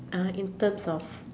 ah in terms of